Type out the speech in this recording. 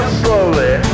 slowly